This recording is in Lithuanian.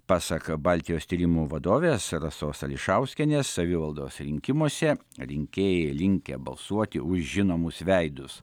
pasak baltijos tyrimų vadovės rasos ališauskienės savivaldos rinkimuose rinkėjai linkę balsuoti už žinomus veidus